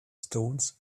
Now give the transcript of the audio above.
stones